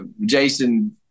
Jason